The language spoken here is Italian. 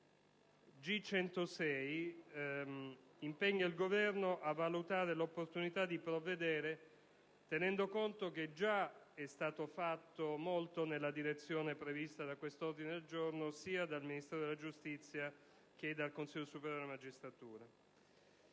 «impegna il Governo a valutare l'opportunità di provvedere», tenendo conto che già è stato fatto molto nella direzione prevista da questo ordine del giorno, sia dal Ministero della giustizia che dal Consiglio superiore della magistratura.